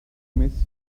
miss